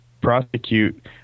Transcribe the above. prosecute